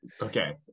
Okay